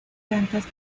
plantas